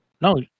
no